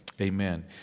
Amen